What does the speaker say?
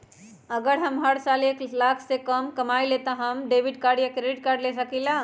अगर हम हर साल एक लाख से कम कमावईले त का हम डेबिट कार्ड या क्रेडिट कार्ड ले सकीला?